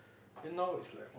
then now it's like